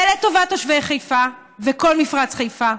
ולטובת תושבי חיפה וכל מפרץ חיפה,